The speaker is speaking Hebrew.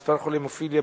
מספר חולי ההמופיליה,